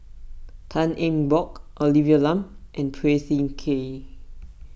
Tan Eng Bock Olivia Lum and Phua Thin Kiay